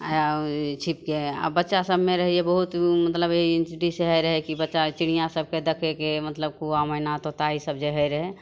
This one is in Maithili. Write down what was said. अइ आ छिपकऽ आओर बच्चासबमे रहय एगो बहुत उ मतलब ई स्थिति सेहे रहय की बच्चा चिड़ियाँ सबके देखयके मतलब कौआ मैना तोता ई सब जे होइ रहय